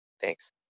Thanks